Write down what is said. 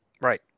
right